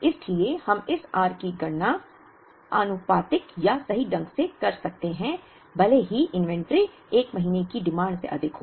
इसलिए हम इस r की गणना आनुपातिक या सही ढंग से कर सकते हैं भले ही इन्वेंट्री 1 महीने की डिमांड से अधिक हो